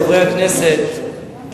חברי הכנסת,